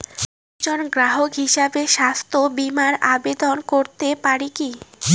একজন গ্রাহক হিসাবে স্বাস্থ্য বিমার আবেদন করতে পারি কি?